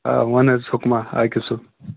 آ وَن حظ حُکما آکِب صٲب